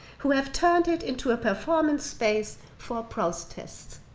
who have turned it into a performance space for protests.